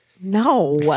No